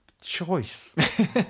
choice